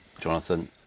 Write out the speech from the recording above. Jonathan